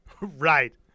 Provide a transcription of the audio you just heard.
Right